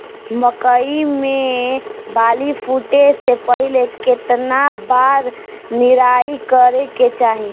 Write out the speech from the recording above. मकई मे बाली फूटे से पहिले केतना बार निराई करे के चाही?